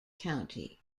county